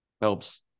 helps